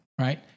right